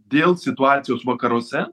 dėl situacijos vakaruose